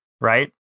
right